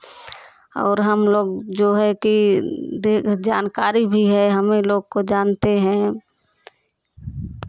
और हम लोग जो है की जानकारी भी है हमें लोगों को जानते हैं